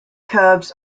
cubs